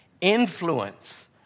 influence